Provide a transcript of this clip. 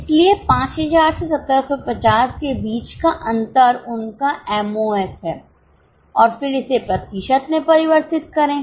इसलिए 5000 से 1750 के बीच का अंतर उनका एमओएस है और फिर इसे प्रतिशत में परिवर्तित करें